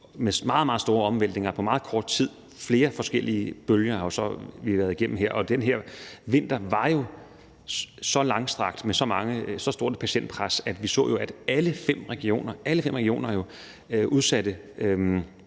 meget, meget store omvæltninger på meget kort tid, og vi har været igennem flere forskellige bølger. Og den her vinter var jo så langstrakt og med så stort et patientpres, at vi så, at alle fem regioner udsatte